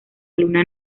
luna